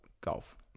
golf